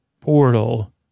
portal